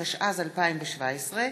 התשע"ז 2017,